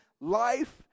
life